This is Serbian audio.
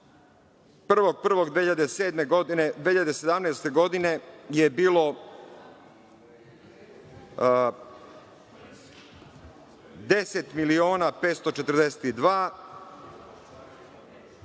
2017. godine je bilo 10.542.000,